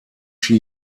chi